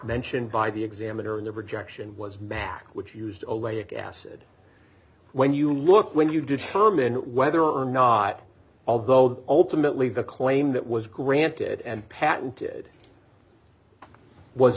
mentioned by the examiner in the rejection was matt which used a lake acid when you look when you determine whether or not although ultimately the claim that was granted and patented was